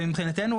ומבחינתנו,